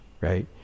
right